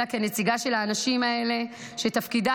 אלא כנציגה של האנשים האלה שתפקידה